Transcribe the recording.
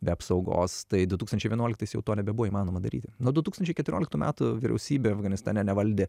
be apsaugos tai du tūkstančiai vienuoliktais jau to nebebuvo įmanoma daryti nuo du tūkstančiai keturioliktų metų vyriausybė afganistane nevaldė